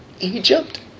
Egypt